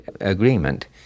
agreement